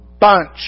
bunch